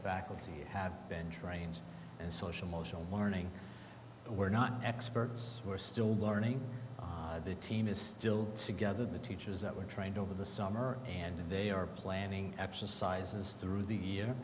faculty have been trained and social motional learning we're not experts who are still learning the team is still together the teachers that were trained over the summer and they are planning exercises through the year